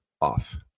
off